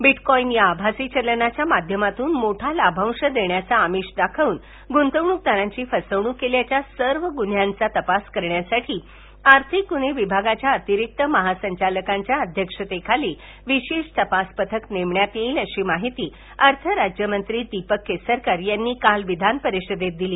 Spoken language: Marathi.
बीटकॉइन या याभासी चलनाच्या माध्यमातून मोठा लाभांश देण्याचं अमिष दाखवून गुंतवणूकदारांची फसवणूक केल्याच्या सर्व गुन्ह्यांच्या तपास करण्यासाठी वार्थिक गुन्हे विभागाच्या अतिरिक्त महासंचालकांच्या अध्यक्षतेखाली विशेष तपास पथक नेमण्यात येईल अशी माहिती अर्थराज्यमंत्री दीपक केसरकर यांनी काल विधानपरिषदेत दिली